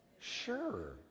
Sure